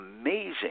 amazing